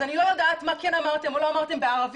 אז אני לא יודעת מה כן אמרתם או לא אמרתם בערבית,